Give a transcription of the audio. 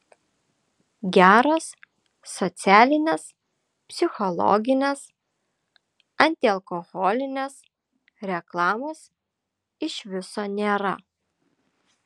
geros socialinės psichologinės antialkoholinės reklamos iš viso nėra